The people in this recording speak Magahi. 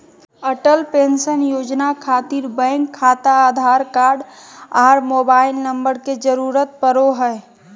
अटल पेंशन योजना खातिर बैंक खाता आधार कार्ड आर मोबाइल नम्बर के जरूरत परो हय